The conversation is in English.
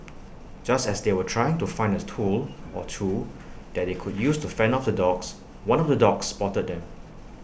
just as they were trying to find A tool or two that they could use to fend off the dogs one of the dogs spotted them